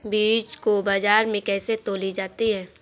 बीज को बाजार में कैसे तौली जाती है?